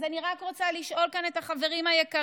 אז אני רק רוצה לשאול כאן את החברים היקרים: